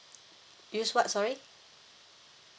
use what sorry